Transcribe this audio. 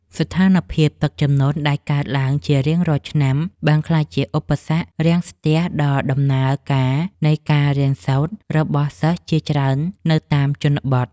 ស្ថានភាពទឹកជំនន់ដែលកើនឡើងជារៀងរាល់ឆ្នាំ បានក្លាយជាឧបសគ្គរាំងស្ទះដល់ដំណើរការនៃការរៀនសូត្ររបស់សិស្សជាច្រើននៅតាមជនបទ។